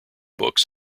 books